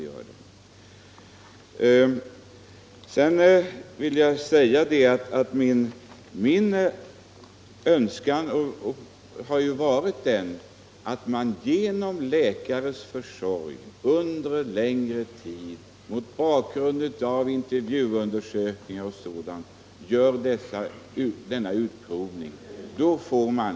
50 Sedan vill jag säga att min önskan har varit att genom läkares försorg under en längre tid och mot bakgrund av intervjuundersökningar och annat denna utprovning bör kunna göras.